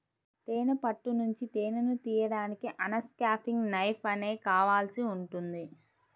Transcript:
తేనె పట్టు నుంచి తేనెను తీయడానికి అన్క్యాపింగ్ నైఫ్ అనేది కావాల్సి ఉంటుంది